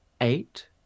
eight